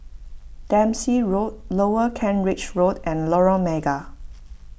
Dempsey Road Lower Kent Ridge Road and Lorong Mega